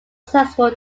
successful